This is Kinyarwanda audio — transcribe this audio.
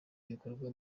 ibikorwa